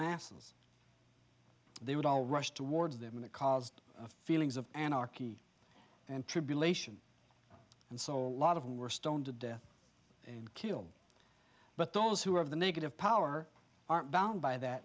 masses they would all rush towards them and it caused feelings of anarky and tribulation and so a lot of them were stoned to death and killed but those who are of the negative power aren't bound by that